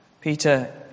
Peter